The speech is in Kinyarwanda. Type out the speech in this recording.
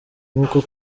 nk’uko